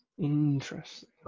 Interesting